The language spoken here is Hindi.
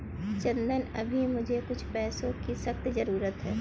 चंदन अभी मुझे कुछ पैसों की सख्त जरूरत है